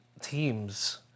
teams